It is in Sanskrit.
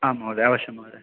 आं महोदय अवश्यं महोदय